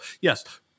yes